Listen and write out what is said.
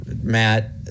Matt